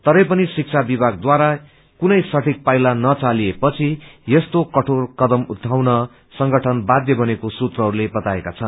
तरै पनि शिक्षा विभागद्वारा कुनै सठिक पाइला नचालिए पछ यस्तो कठोर कदम उठाउन संगठन बाध्य बनेको सूत्रहस्ले बताएका छन्